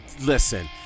listen